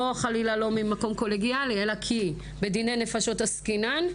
לא חלילה ממקום לא קולגיאלי אלא כי בדיני נפשות עסקינן,